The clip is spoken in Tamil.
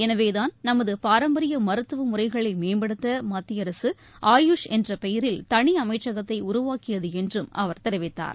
எனவேதான் நமது பாரம்பரிய மருத்துவ முறைகளை மேம்படுத்த மத்திய அரசு ஆயுஷ் என்ற பெயரில் தனி அமைச்சகத்தை உருவாக்கியது என்றும் அவர் தெரிவித்தார்